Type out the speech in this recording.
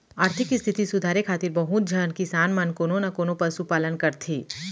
आरथिक इस्थिति सुधारे खातिर बहुत झन किसान मन कोनो न कोनों पसु पालन करथे